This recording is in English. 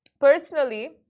Personally